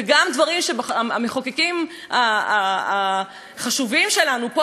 וגם דברים שהמחוקקים החשובים שלנו פה,